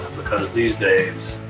because these days,